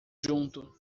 junto